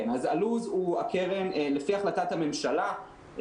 לפי החלטת הממשלה,